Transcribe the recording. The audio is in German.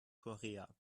korea